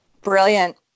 Brilliant